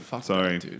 Sorry